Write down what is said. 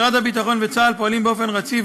3. משרד הביטחון וצה״ל פועלים באופן רציף